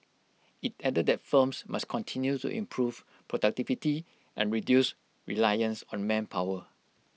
IT added that firms must continue to improve productivity and reduce reliance on manpower